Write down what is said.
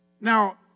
Now